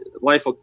life